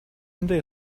针对